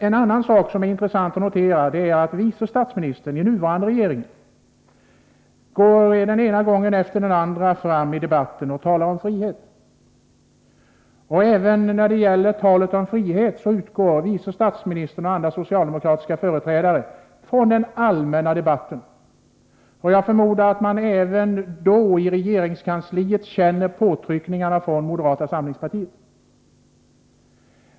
En annan sak som är intressant att notera är att vice statsministern i den nuvarande regeringen den ena gången efter den andra träder fram i debatten och talar om frihet. Även när det gäller talet om frihet utgår vice statsministern och andra socialdemokratiska företrädare från den allmänna debatten. Jag förmodar att man i regeringskansliet även på den punkten känner ett tryck från moderata samlingspartiet.